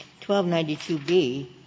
1292B